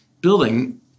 building